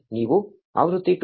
ನೀವು ಆವೃತ್ತಿ 2